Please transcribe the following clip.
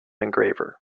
engraver